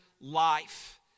life